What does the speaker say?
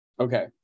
Okay